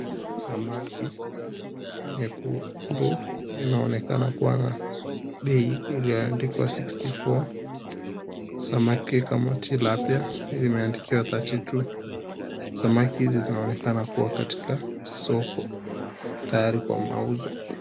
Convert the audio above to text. Samaki nyekundu inaonekana kua na bei iliyoandikwa 64, samaki kama tilapia imeandikiwa 32, samaki zinaonekana katika soko tayari kwa mauzo.